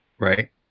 Right